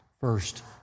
first